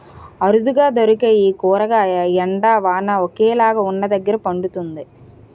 అరుదుగా దొరికే ఈ కూరగాయ ఎండ, వాన ఒకేలాగా వున్నదగ్గర పండుతుంది